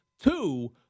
Two